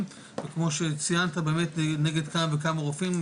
וכמו שציינת באמת נגד כמה וכמה רופאים,